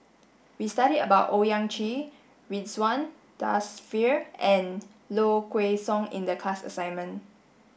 we studied about Owyang Chi Ridzwan Dzafir and Low Kway Song in the class assignment